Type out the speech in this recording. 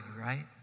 right